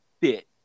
fit